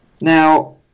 Now